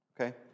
okay